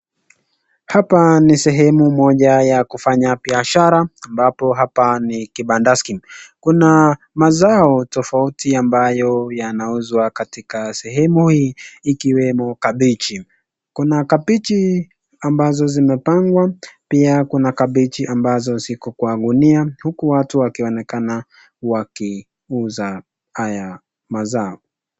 Hapa ni sehemu moja ya kufanya biashara ambapo hapa ni kipandaski . Kuna mazao tofauti ambayo yanauzwa katika sehemu hii ikiwemo kabichi. Kuna kabichi ambazo zinapangwa pia kuna kabichi zenye ziko kwa gunia huku watu wakionekana wakiuza haya mazao.